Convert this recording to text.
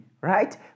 right